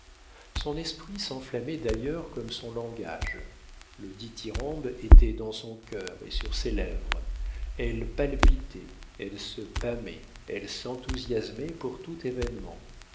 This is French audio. son esprit s'enflammait d'ailleurs comme son langage le dithyrambe était dans son cœur et sur ses lèvres elle palpitait elle se pâmait elle s'enthousiasmait pour tout événement